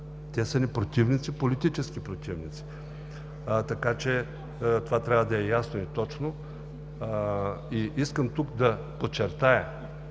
Те са ни противници, политически противници, така че това трябва да е ясно и точно. Искам тук да подчертая,